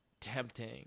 tempting